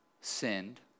sinned